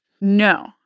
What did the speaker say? No